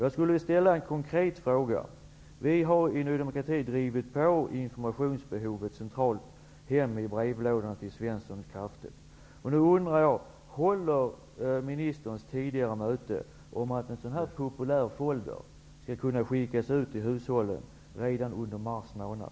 Jag vill ställa en konkret fråga. Vi i Ny demokrati har kraftigt betonat behovet av information direkt hem i brevlådan hos Svensson. Nu undrar jag: Håller ministerns tidigare uppfattning att en sådan här folder skall kunna skickas ut till hushållen redan under mars månad?